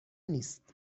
نیست